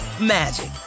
magic